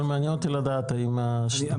אבל מעניין אותי לדעת אם התאריך,